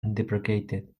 deprecated